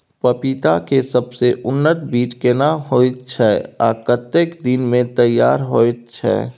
पपीता के सबसे उन्नत बीज केना होयत छै, आ कतेक दिन में तैयार होयत छै?